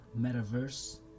metaverse